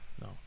no